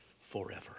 forever